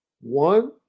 One